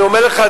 אני אומר לך,